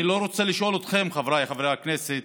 אני לא רוצה לשאול אתכם, חבריי חברי הכנסת,